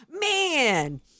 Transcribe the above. Man